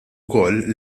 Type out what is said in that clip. wkoll